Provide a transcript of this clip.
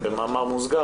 ראשית,